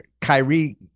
Kyrie